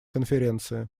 конференции